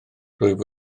rwyf